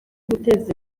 guteza